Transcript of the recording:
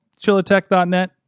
chillatech.net